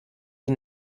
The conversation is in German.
die